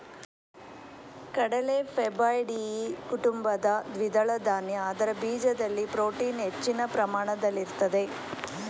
ಕಡಲೆ ಫ್ಯಾಬಾಯ್ಡಿಯಿ ಕುಟುಂಬದ ದ್ವಿದಳ ಧಾನ್ಯ ಅದರ ಬೀಜದಲ್ಲಿ ಪ್ರೋಟೀನ್ ಹೆಚ್ಚಿನ ಪ್ರಮಾಣದಲ್ಲಿರ್ತದೆ